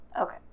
Okay